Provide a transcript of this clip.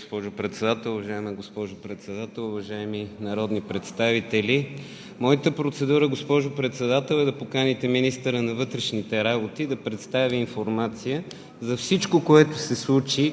госпожо Председател. Уважаема госпожо Председател, уважаеми народни представители! Моята процедура, госпожо Председател, е да поканите министъра на вътрешните работи да представи информация за всичко, което се случи